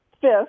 fifth